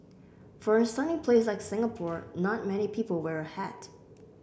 for a sunny place like Singapore not many people wear a hat